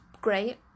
great